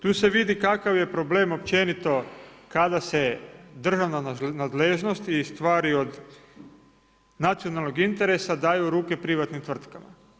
Tu se vidi kakav je problem općenito kada se državna nadležnost i stvari od nacionalnog interesa daju u ruke privatnim tvrtkama.